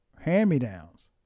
hand-me-downs